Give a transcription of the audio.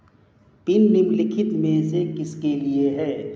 Pin निम्नलिखित में से किसके लिए है?